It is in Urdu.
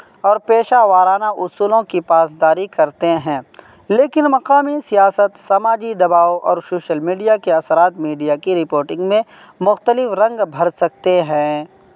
اور پیشہ وارانہ اصولوں کی پاسداری کرتے ہیں لیکن مقامی سیاست سماجی دباؤ اور سوشل میڈیا کے اثرات میڈیا کی رپوٹنگ میں مختلف رنگ بھر سکتے ہیں